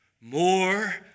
more